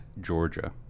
Georgia